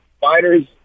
fighters